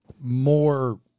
more